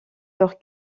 leur